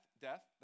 death